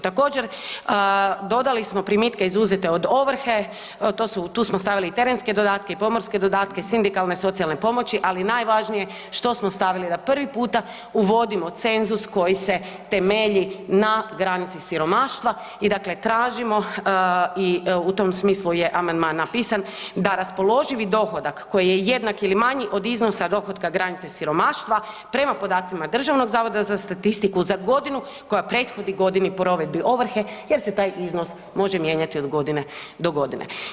Također dodali smo primitke izuzete od ovrhe, tu smo stavili terenske dodatke i pomorske dodatke, sindikalne socijalne pomoći, ali najvažnije što smo stavili, da prvi puta uvodimo cenzus koji se temelji na granici siromaštva i tražimo i u tom smislu je amandman napisan, da raspoloživi dohodak koji je jednak ili manji od iznosa dohotka granice siromaštva prema podacima DZS-a za godinu koja prethodi godini ovrhe jer se taj iznos može mijenjati od godine do godine.